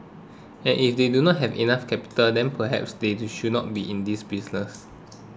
and if they don't have enough capital then perhaps they should not be in this business